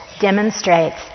demonstrates